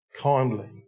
kindly